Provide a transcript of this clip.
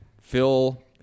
Phil